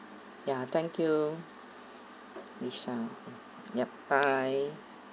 ya thank you lisa yup bye